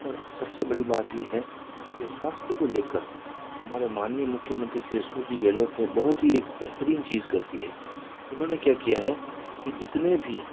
और सब से बड़ी बात ये है कि स्वास्थ्य को ले कर हमारे माननीय मुख्य मंत्री श्री अशोक जी गहलोत ने बहुत ही एक बेहतरीन चीज़ कर दी है उन्होंने क्या किया है कि जितने भी